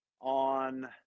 on